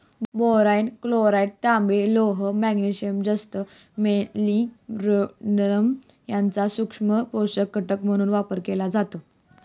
boron, chlorine, तांबे, लोह, magnesium, जस्त आणि मॉलिब्डेनम यांचा सूक्ष्म पोषक घटक म्हणून वापर केला जातो